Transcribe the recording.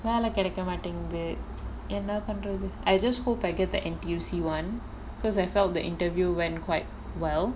வேல கெடைக்க மாட்டிங்குது என்ன பண்றது:vela kedaikka maatinguthu enna pandrathu I just hope I get the N_T_U_C [one] because I felt the interview went quite well